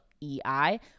E-I